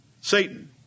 Satan